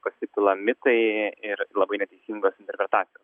pasipila mitai ir labai neteisingos interpretacijos